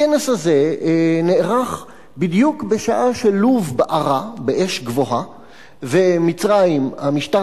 הכנס הזה נערך בדיוק בשעה שלוב בערה באש גבוהה ובמצרים המשטר